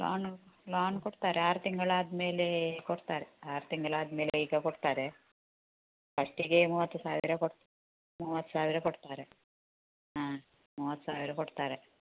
lawn loan ಕೊಡ್ತಾರೆ ಆರು ತಿಂಗಳು ಆದಮೇಲೆ ಕೊಡ್ತಾರೆ ಆರು ತಿಂಗಳು ಆದಮೇಲೆ ಈಗ ಕೊಡ್ತಾರೆ ಫಸ್ಟಿಗೆ ಮೂವತ್ತು ಸಾವಿರ ಕೊಡ ಮೂವತ್ತು ಸಾವಿರ ಕೊಡ್ತಾರೆ ಹಾಂ ಮೂವತ್ತು ಸಾವಿರ ಕೊಡ್ತಾರೆ